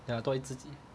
ya 多一次机